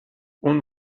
اون